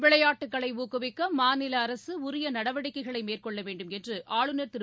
விளையாட்டுக்களை ஊக்குவிக்க மாநில அரசு உரிய நடவடிக்கைகளை மேற்கொள்ள வேண்டுமென்று ஆளுநர் திரு